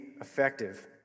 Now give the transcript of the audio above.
effective